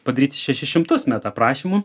padaryt šešis šimtus meta prašymų